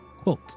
Quote